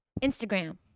Instagram